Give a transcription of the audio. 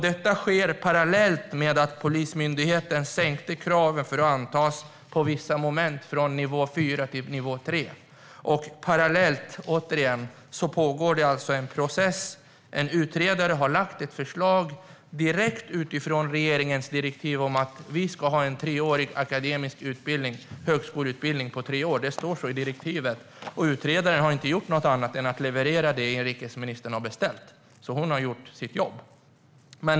Detta sker parallellt med att Polismyndigheten sänkte kraven för att antas, från nivå fyra till nivå tre, på vissa moment. Det pågår också, återigen, en process parallellt. En utredare har lagt fram ett förslag direkt utifrån regeringens direktiv om att vi ska ha en treårig akademisk utbildning - en högskoleutbildning. Det står så i direktivet, och utredaren har inte gjort något annat än att leverera det inrikesministern har beställt. Hon har alltså gjort sitt jobb.